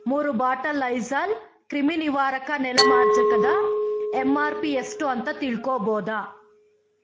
ಮೂರು bottle Lysol ಕ್ರಿಮಿನಿವಾರಕ ನೆಲ ಮಾರ್ಜಕದ ಎಂ ಆರ್ ಪಿ ಎಷ್ಟು ಅಂತ ತಿಳ್ಕೋಬೋದಾ